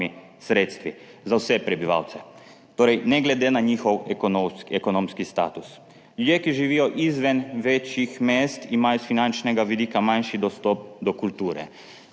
sredstvi za vse prebivalce, torej ne glede na njihov ekonomski status. Ljudje, ki živijo izven večjih mest, imajo s finančnega vidika manjši dostop do kulture.